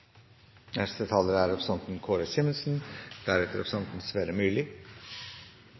neste taler er representanten Anne Marit Bjørnflaten. Representanten